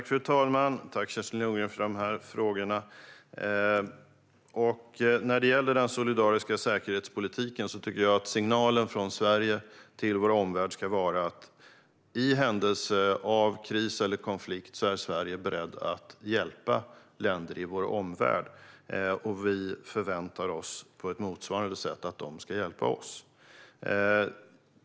Fru talman! Jag tackar Kerstin Lundgren för dessa frågor. När det gäller den solidariska säkerhetspolitiken tycker jag att signalen från Sverige till vår omvärld ska vara att i händelse av kris eller konflikt är Sverige berett att hjälpa länder i vår omvård och att vi förväntar oss att de på motsvarande sätt ska hjälpa oss.